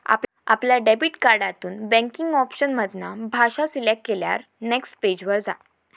आपल्या डेबिट कार्डातून banking option मधना भाषा सिलेक्ट केल्यार नेक्स्ट पेज वर जा